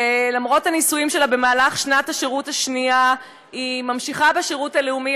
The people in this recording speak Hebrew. ולמרות הנישואים שלה במהלך שנת השירות השנייה היא ממשיכה בשירות הלאומי,